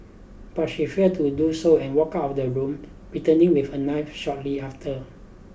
but she failed to do so and walked out of the room returning with a knife shortly after